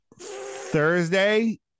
thursday